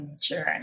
journey